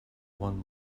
one